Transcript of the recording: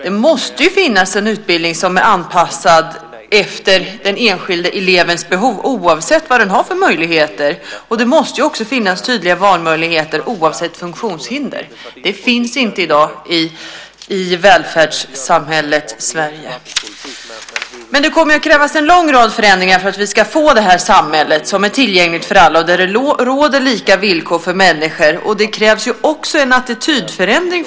Det måste finnas en utbildning som är anpassad efter den enskilde elevens behov, oavsett vad eleven har för möjligheter. Det måste också finnas tydliga valmöjligheter oavsett funktionshinder. Det finns inte i dag i välfärdssamhället Sverige. För att vi ska få ett samhälle som är tillgängligt för alla och där alla har lika villkor kommer det att krävas en lång rad förändringar.